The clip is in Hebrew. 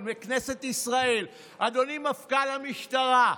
מכנסת ישראל: אדוני מפכ"ל המשטרה,